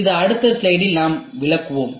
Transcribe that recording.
இது அடுத்த திரையில் நாம் விளக்குவோம்